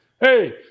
hey